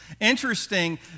interesting